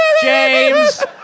James